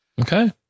Okay